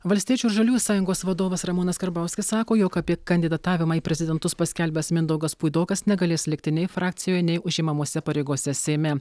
valstiečių ir žaliųjų sąjungos vadovas ramūnas karbauskis sako jog apie kandidatavimą į prezidentus paskelbęs mindaugas puidokas negalės likti nei frakcijoj nei užimamose pareigose seime